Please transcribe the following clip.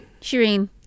Shireen